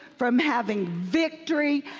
from having victory,